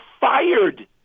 fired